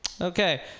Okay